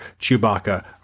Chewbacca